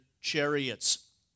chariots